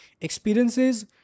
Experiences